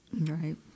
Right